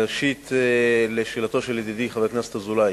ראשית לשאלתו של ידידי חבר הכנסת אזולאי.